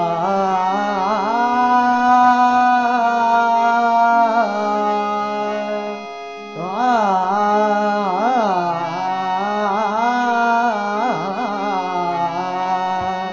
ah ah ah ah